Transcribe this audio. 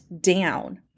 down